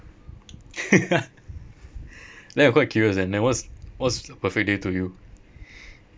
then I'm quite curious then then what's what's a perfect day to you